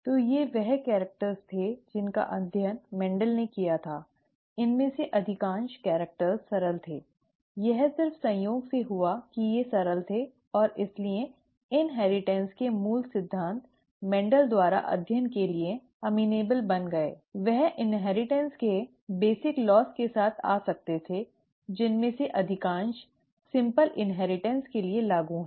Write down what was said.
तो ये वे कैरिक्टर थे जिनका अध्ययन मेंडेल ने किया था इनमें से अधिकांश कैरिक्टर सरल थे यह सिर्फ संयोग से हुआ कि ये सरल थे और इसलिए इनहेरिटेंस के मूल सिद्धांत मेंडल द्वारा अध्ययन के लिए अमीनॅबॅल बन गए वह इनहेरिटेंस के बुनियादी कानूनों के साथ आ सकते थे जिनमें से अधिकांश सरल इनहेरिटेंस के लिए लागू है